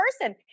person